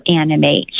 animate